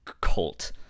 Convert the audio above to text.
cult